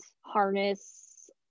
harness